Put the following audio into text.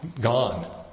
gone